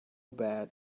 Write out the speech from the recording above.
bad